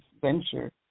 venture